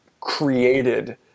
created